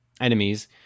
enemies